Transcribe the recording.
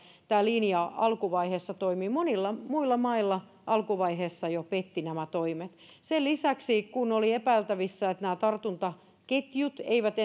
tämä linja alkuvaiheessa toimi monilla muilla mailla jo alkuvaiheessa pettivät nämä toimet sen lisäksi kun oli epäiltävissä että nämä tartuntaketjut eivät